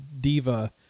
diva